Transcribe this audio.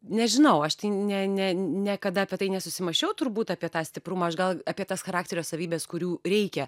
nežinau aš tai ne ne niekada apie tai nesusimąsčiau turbūt apie tą stiprumą aš gal apie tas charakterio savybes kurių reikia